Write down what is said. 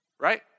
Right